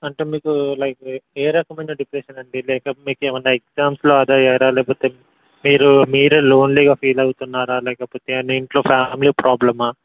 అంటే మీకు లైక్ ఏ రకమైన డిప్రెషన్ అండి లేక మీకు ఏమైనా ఎగ్జామ్స్లో అదయారా లేకపోతే మీరు మీరే లోన్లీగా ఫీల్ అవుతున్నారా లేకపోతే ఏమైనా ఇంట్లో ఫ్యామిలీ ప్రాబ్లమా